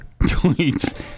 tweets